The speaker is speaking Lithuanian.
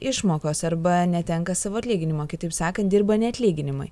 išmokos arba netenka savo atlyginimo kitaip sakant dirba ne atlyginimai